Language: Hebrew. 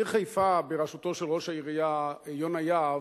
העיר חיפה, בראשותו של ראש העירייה יונה יהב,